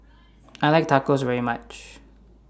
I like Tacos very much